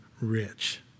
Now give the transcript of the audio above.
rich